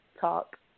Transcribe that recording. talk